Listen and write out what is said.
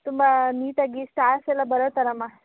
ತುಂಬ ನೀಟ್ ಆಗಿ ಸ್ಟಾರ್ಸ್ ಎಲ್ಲ ಬರೋ ಥರ ಮಾ